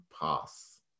pass